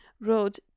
wrote